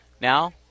now